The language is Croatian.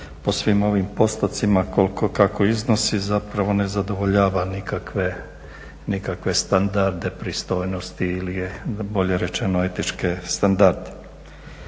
po svim ovim postotcima kako iznosi zapravo ne zadovoljava nikakve standarde pristojnosti ili bolje rečeno etički standard.